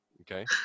Okay